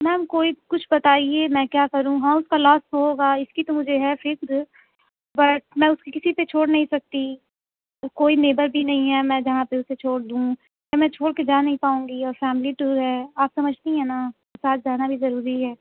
میم کوئی کچھ بتائیے میں کیا کروں ہاں اُس کا لاس تو ہوگا اِس کی تو ہے مجھے فِکر بٹ میں اُس کی کسی پہ چھوڑ نہیں سکتی کوئی نیبر بھی نہیں ہے میں جہاں پہ اُسے چھوڑ دوں میں چھوڑ کے جا نہیں پاؤں گی اور فیملی ٹور ہے آپ سمجھتی ہیں نا ساتھ جانا بھی ضروری ہے